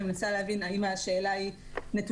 אני מנסה להבין האם השאלה היא נתונים